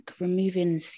removing